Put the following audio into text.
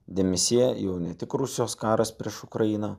dėmesyje jau ne tik rusijos karas prieš ukrainą